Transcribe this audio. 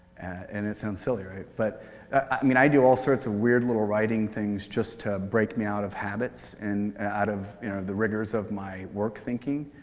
and it sounds silly, right? but i mean, i do all sorts of weird little writing things just to break me out of habits and out of you know the rigors of my work thinking.